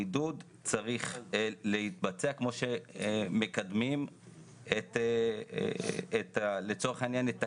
המידוד צריך להתבצע כמו שמקדמים לצורך העניין את ה-Cap.